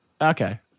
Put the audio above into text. Okay